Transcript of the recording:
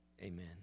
Amen